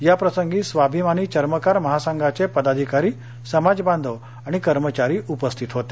याप्रसंगी स्वाभिमानी चर्मकार महासंघाचे पदाधिकारी समाजबांधव आणि कर्मचारी उपस्थित होते